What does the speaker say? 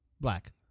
black